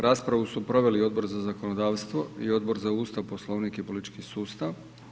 Raspravu su proveli Odbor za zakonodavstvo i Odbor za Ustav, Poslovnik i politički sustav.